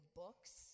books